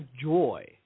joy